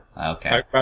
Okay